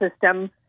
system